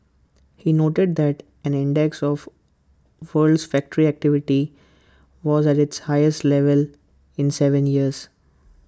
he noted that an index of worlds factory activity was at its highest level in Seven years